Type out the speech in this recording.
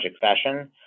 fashion